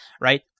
right